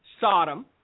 Sodom